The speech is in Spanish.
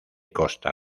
costa